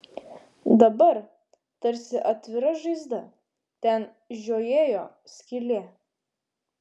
dabar tarsi atvira žaizda ten žiojėjo skylė